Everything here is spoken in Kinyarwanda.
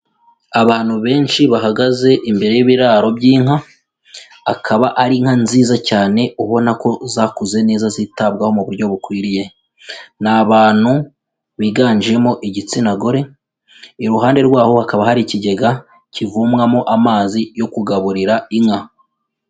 Abantu benshi bahagaze imbere y'ibiraro by'inka, akaba ari inka nziza cyane ubona ko zakuze neza zitabwaho mu buryo bukwiriye; ni abantu biganjemo igitsina gore, iruhande rwabo hakaba hari ikigega kivomwamo amazi yo kugaburira inka.